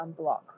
unblock